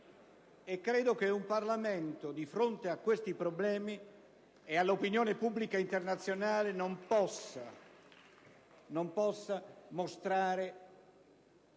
credo che un Parlamento, di fronte a questi problemi e all'opinione pubblica internazionale, non possa non mostrare